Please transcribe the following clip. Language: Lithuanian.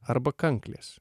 arba kanklės